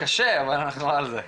זה קשה, אבל אנחנו על זה.